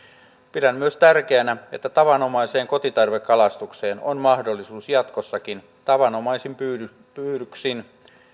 pidän myös tärkeänä että tavanomaiseen kotitarvekalastukseen on mahdollisuus jatkossakin tavanomaisin pyydyksin